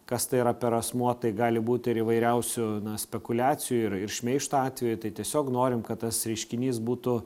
kas tai yra per asmuo tai gali būti ir įvairiausių spekuliacijų ir ir šmeižto atvejų tai tiesiog norim kad tas reiškinys būtų